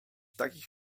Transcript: takich